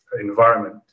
environment